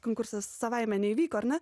konkursas savaime neįvyko ar ne